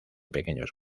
pequeños